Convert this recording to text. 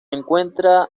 encuentra